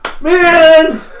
man